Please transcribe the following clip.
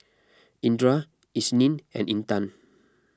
Indra Isnin and Intan